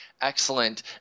excellent